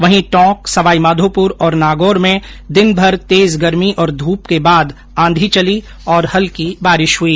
वहीं टोंक सवाईमाधोपुर और नागौर में दिनभर तेज गर्मी और धूप के बाद आंधी चली और हल्की बारिश हुई